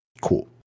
Cool